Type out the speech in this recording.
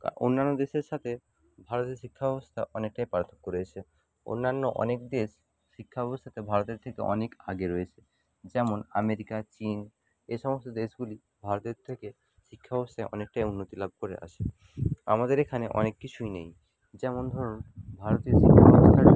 অন্যান্য দেশের সাথে ভারতীয় শিক্ষাব্যবস্থা অনেকটাই পার্থক্য রয়েছে অন্যান্য অনেক দেশ শিক্ষাব্যবস্থাতে ভারতের থেকে অনেক আগে রয়েছে যেমন আমেরিকা চীন এ সমস্ত দেশগুলি ভারতের থেকে শিক্ষাব্যবস্থায় অনেকটাই উন্নতি লাভ করে আসে আমাদের এখানে অনেক কিছুই নেই যেমন ধরুন ভারতীয় শিক্ষাব্যবস্থায়